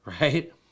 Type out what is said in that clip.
right